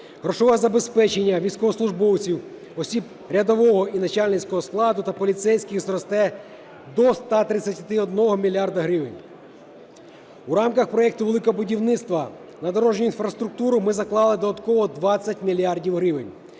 Грошове забезпечення військовослужбовців, осіб рядового і начальницького складу та поліцейських зросте до 131 мільярда гривень. У рамках проекту "Великого будівництва" на дорожню інфраструктуру ми заклали додатково 20 мільярдів